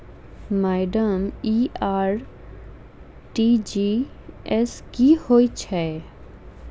Madam इ RTGS की होइ छैय?